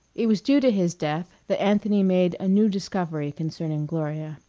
it was due to his death that anthony made a new discovery concerning gloria.